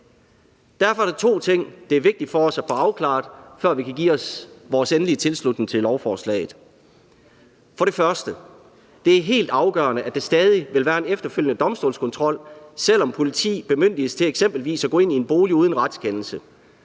Derfor er der to ting, det er vigtigt for os at få afklaret, før vi kan give vores endelige tilslutning til lovforslaget. For det første er det helt afgørende, at der stadig vil være en efterfølgende domstolskontrol, selv om politiet bemyndiges til eksempelvis at gå ind i en bolig uden retskendelse